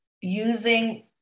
using